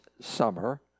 summer